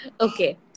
Okay